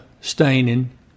staining